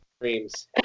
dreams